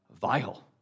vile